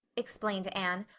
explained anne,